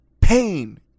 pain